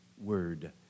word